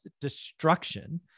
destruction